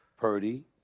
Purdy